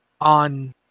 on